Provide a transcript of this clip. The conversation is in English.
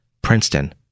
Princeton